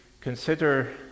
consider